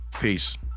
Peace